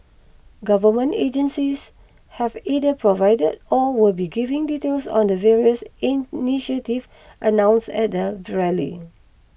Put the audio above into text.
government agencies have either provided or will be giving details on the various initiatives announced at the rally